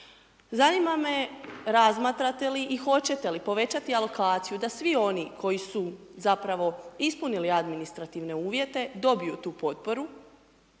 Zanima me razmatrate li i hoćete li povećati alokaciju da svi oni koji su zapravo ispunili administrativne uvjete dobiju tu potporu